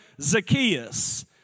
Zacchaeus